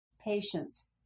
Patience